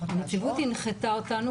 הנציבות הנחתה אותנו,